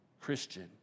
Christian